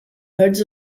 herds